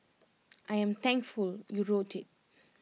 I am thankful you wrote IT